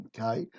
Okay